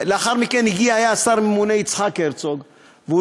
לאחר מכן היה השר הממונה יצחק הרצוג והוא